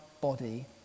body